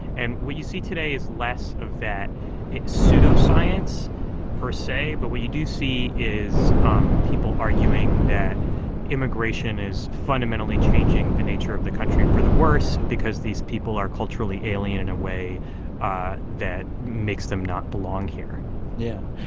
and what you see today is less of that pseudoscience per se, but what you do see is um people arguing that immigration is fundamentally changing the nature of the country for the worse because these people are culturally alien in a way ah that makes them not belong here yeah.